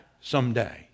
someday